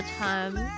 time